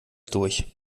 durch